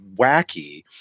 wacky